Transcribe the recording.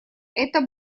это